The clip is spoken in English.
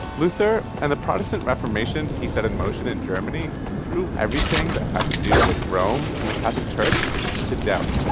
luther and the protestant reformation he set in motion in germany threw everything that had to do with rome and the catholic church into doubt